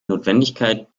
notwendigkeit